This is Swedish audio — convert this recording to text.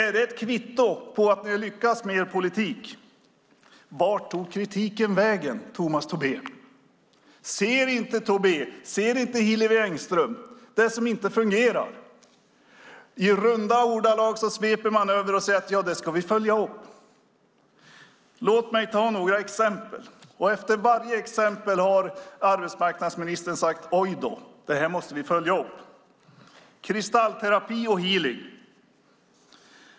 Är det ett kvitto på att ni har lyckats med er politik? Vart tog kritiken vägen, Tomas Tobé? Ser inte Tomas Tobé och Hillevi Engström det som inte fungerar? I svepande ordalag säger man att det ska vi följa upp. Låt mig ta några exempel där arbetsmarknadsministern varje gång sagt ojdå, det här måste vi följa upp. Det gäller kristallterapi och healing.